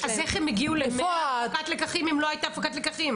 אז איך הגיעו ל-100 מסקנות אם לא הייתה הפקת לקחים?